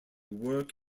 work